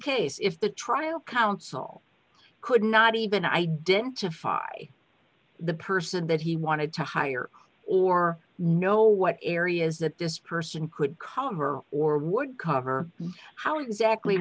case if the trial counsel could not even identify the person that he wanted to hire or know what areas that this person could cover or would cover how exactly